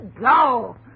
go